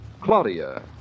Claudia